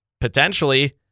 potentially